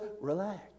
relax